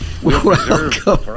Welcome